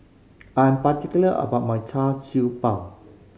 I'm particular about my Char Siew Bao